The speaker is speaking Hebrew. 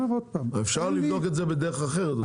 אפשר לבדוק את זה בדרך אחרת.